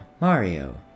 Mario